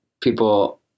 people